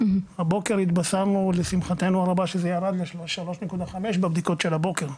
הבוקר התבשרנו לשמחתנו הרבה שזה ירד 3.5% בבדיקות של הבוקר.